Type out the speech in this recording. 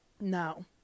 no